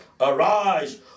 Arise